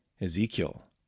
ezekiel